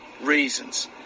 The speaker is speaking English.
reasons